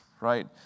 Right